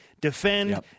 defend